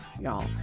y'all